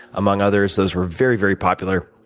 among others. those were very very popular.